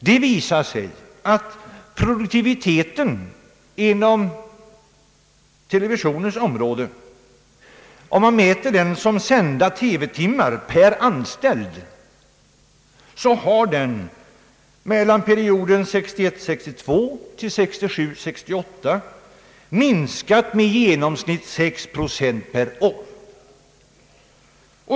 Det visar sig att produktiviteten inom televisionens område — om den mätes med utgångspunkt från antalet sända TV-timmar per anställd — under perioden 1961 68 har minskat med i genomsnitt 6 procent per år.